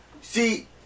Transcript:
See